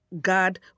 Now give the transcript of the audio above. God